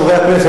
חברי הכנסת,